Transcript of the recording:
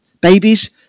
babies